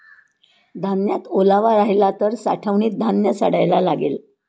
धान्यात ओलावा राहिला तर साठवणीत धान्य सडायला लागेल